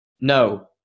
no